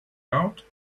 out